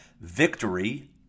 victory